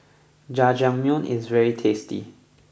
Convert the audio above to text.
Jajangmyeon is very tasty